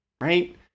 right